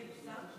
זה יושם?